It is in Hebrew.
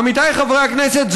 עמיתיי חברי הכנסת,